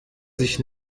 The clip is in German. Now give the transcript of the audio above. sich